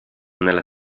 nella